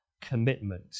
commitment